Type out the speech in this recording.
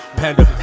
panda